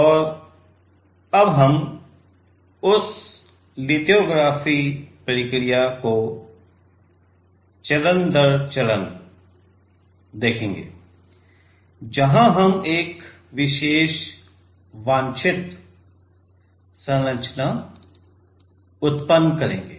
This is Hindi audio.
और अब हम उस चरण दर चरण लिथोग्राफी प्रक्रिया को देखेंगे जहां हम एक विशेष वांछित संरचना उत्पन्न करेंगे